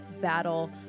battle